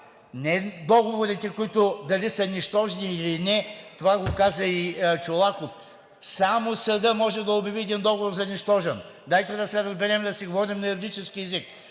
Не договорите дали са нищожни или не – това го каза и Чолаков, само съдът може да обяви един договор за нищожен. Дайте да се разберем, да си говорим на юридически език.